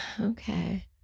Okay